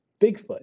Bigfoot